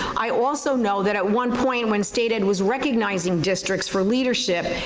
i also know that at one point when state ed was recognizing districts for leadership,